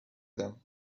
them